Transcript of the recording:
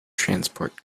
transport